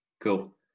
Cool